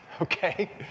Okay